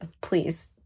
please